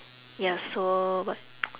ya so what